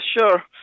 sure